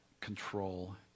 control